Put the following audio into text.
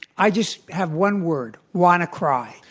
i just have one word wannacry.